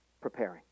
preparing